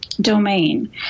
domain